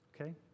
Okay